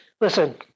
listen